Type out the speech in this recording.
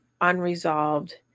unresolved